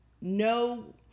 no